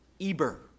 Eber